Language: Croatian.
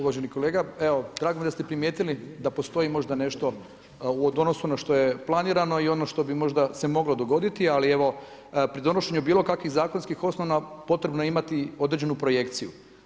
Uvaženi kolega, drago mi je da ste primijetili da postoji možda nešto u odnosu na ono što je planirano i ono što bi možda se moglo dogoditi, ali evo, pri donošenju bilo kakvih zakonskih osnova, potrebno je imati određenu projekciju.